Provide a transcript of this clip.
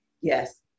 Yes